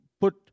put